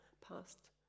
past